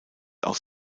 aus